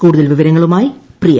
കൂടുതൽ വിവരങ്ങളുമായി പ്രിയ